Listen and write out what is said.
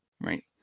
right